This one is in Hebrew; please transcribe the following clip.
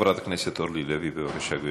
חברת הכנסת אורלי לוי, בבקשה, גברתי.